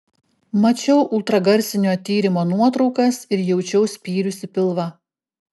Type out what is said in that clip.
mačiau ultragarsinio tyrimo nuotraukas ir jaučiau spyrius į pilvą